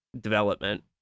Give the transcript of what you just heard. development